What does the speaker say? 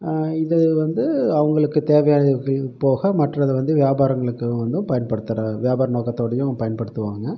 இது வந்து அவங்களுக்கு தேவையானவைகள் போக மற்றதை வந்து வியாபாரங்களுக்கு இவங்க வந்து பயன்படுத்துகிற வியாபார நோக்கத்தோடையும் பயன்படுத்துவாங்க